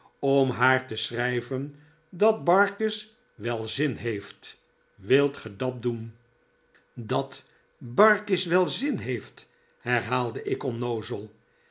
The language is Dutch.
om haar te schrijven dat barkis wel zin heeft wilt ge dat doen dat barkis wel zin heeft herhaalde ik onnoozel